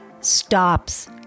stops